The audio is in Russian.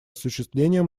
осуществление